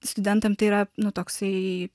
studentam tai yra nu toksai